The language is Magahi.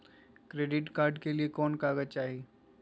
क्रेडिट कार्ड के लिए कौन कागज चाही?